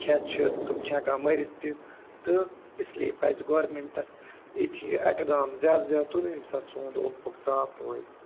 کھٮ۪تھ چھِ تِم چھِ ہٮ۪کان مٔرِتھ تہِ تہٕ اِسلیے پَزِ گورمٮ۪نٛٹَس یِتھۍ ہِوۍ اقدام زیادٕ زیادٕ تُلُِنۍ ییٚمہِ ساتہٕ سون اوٚند پوٚکھ صاف روزِ